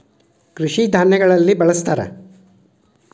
ಕೃಷಿ ಧಾನ್ಯಗಳಲ್ಲಿ ಬಳ್ಸತಾರ